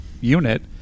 unit